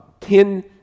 ten